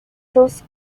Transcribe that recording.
dos